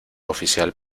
oficial